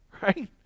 right